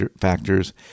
factors